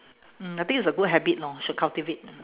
mm I think it's a good habit lor should cultivate